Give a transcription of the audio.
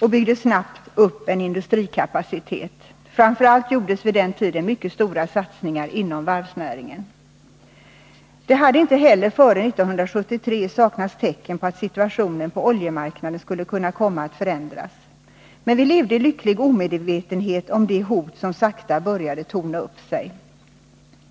och byggde snabbt upp en industrikapacitet. Framför allt gjordes vid den tiden mycket stora satsningar inom varvsnäringen. Det hade inte heller före 1973 saknats tecken på att situationen på oljemarknaden skulle kunna komma att förändras. Men vi levde i lycklig omedvetenhet om de hot som sakta började torna upp sig.